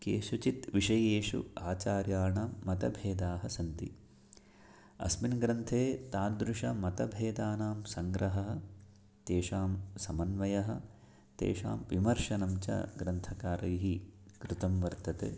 केषुचित् विषयेषु आचार्याणां मतभेदाः सन्ति अस्मिन् ग्रन्थे तादृशमतभेदानां सङ्ग्रहः तेषां समन्वयः तेषां विमर्शनं च ग्रन्थकारैः कृतं वर्तते